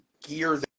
gear